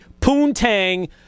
poontang